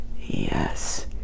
yes